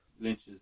Lynch's